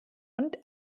und